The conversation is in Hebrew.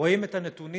רואים את הנתונים,